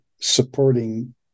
supporting